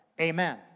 Amen